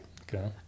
Okay